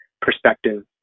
perspective